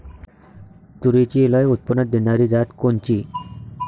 तूरीची लई उत्पन्न देणारी जात कोनची?